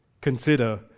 Consider